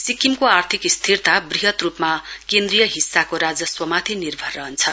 सिक्किमको आर्थिक स्थिरता वृहत रूपमा केन्द्रीय हिस्साको राजस्वमाथि निर्भर रहन्छ